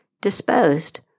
disposed